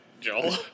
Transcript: Joel